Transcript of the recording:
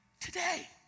today